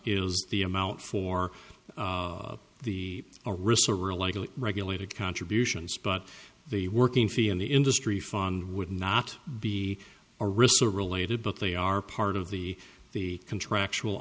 is the amount for the risk regulated contributions but the working fee in the industry fund would not be a risk or related but they are part of the the contractual